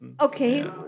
Okay